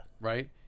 Right